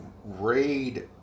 Raid